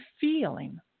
feeling